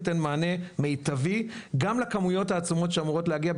זה ייתן מענה ממיטבי גם לכמויות העצמות שאמורות להגיע,